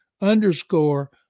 underscore